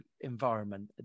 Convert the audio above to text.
environment